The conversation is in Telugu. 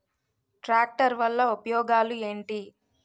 ట్రాక్టర్ వల్ల ఉపయోగాలు ఏంటీ?